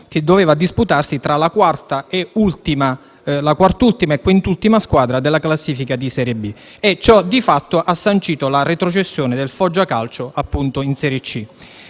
che doveva disputarsi tra la quartultima e quintultima squadra della classifica di serie B e ciò ha sancito di fatto la retrocessione del Foggia calcio in serie C.